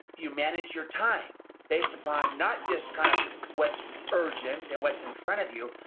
you manage your time based upon not just kind of what's urgent and what's in front of you,